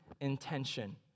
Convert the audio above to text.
intention